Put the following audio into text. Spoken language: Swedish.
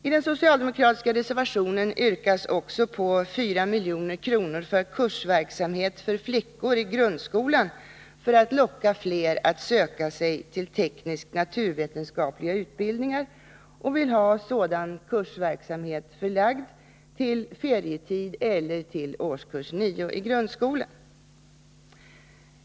I den socialdemokratiska reservationen yrkas också på 4 milj.kr. för kursverksamhet för flickor i grundskolan, för att locka fler att söka sig till teknisk-naturvetenskapliga utbildningar. Man vill ha sådan kursverksamhet förlagd till ferietid eller årskurs 9 i grundskolan.